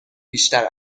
بیشتر